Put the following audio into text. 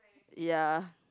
ya